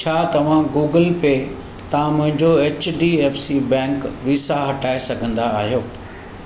छा तव्हां Google pay तां मुंहिंजो H D F C bank visa हटाए सघंदा आहियो